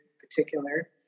particular